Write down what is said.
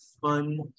fun